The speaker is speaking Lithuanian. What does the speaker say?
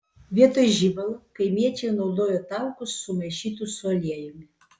vietoj žibalo kaimiečiai naudojo taukus sumaišytus su aliejumi